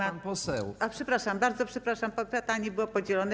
A, przepraszam, bardzo przepraszam, pytanie było podzielone.